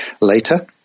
later